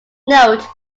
note